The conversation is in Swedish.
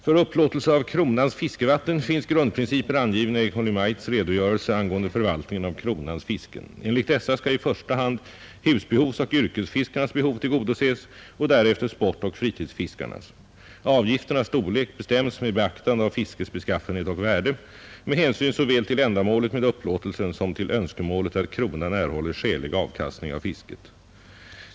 För upplåtelse av kronans fiskevatten finns grundprinciper angivna i Kungl. Maj:ts kungörelse angående förvaltningen av kronans fisken. Enligt dessa skall i första hand husbehovsoch yrkesfiskarnas behov tillgodoses och därefter sportoch fritidsfiskarnas. Avgifternas storlek bestäms med beaktande av fiskets beskaffenhet och värde, med hänsyn såväl till ändamålet med upplåtelsen som till önskemålet att kronan erhåller skälig avkastning av fisket.